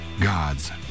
God's